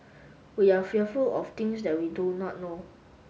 we are fearful of things that we do not know